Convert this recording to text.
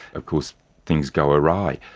of course things go awry.